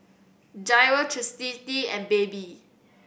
Jairo Chastity and Baby